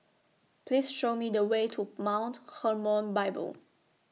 Please Show Me The Way to Mount Hermon Bible